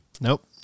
Nope